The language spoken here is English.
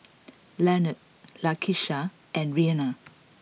Lionel Lakisha and Reina